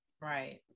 Right